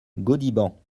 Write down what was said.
gaudiband